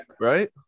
right